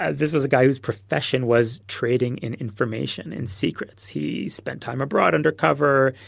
ah this was a guy whose profession was trading in information and secrets. he spent time abroad undercover.